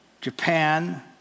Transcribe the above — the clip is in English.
Japan